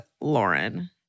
Lauren